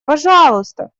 пожалуйста